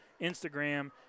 Instagram